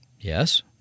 Yes